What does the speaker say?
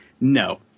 No